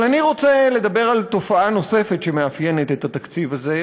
אבל אני רוצה לדבר על תופעה נוספת שמאפיינת את התקציב הזה,